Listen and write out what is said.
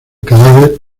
cadáver